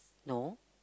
no